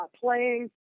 playing